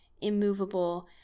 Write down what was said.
immovable